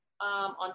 on